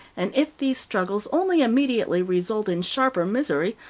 and if these struggles only immediately result in sharper misery,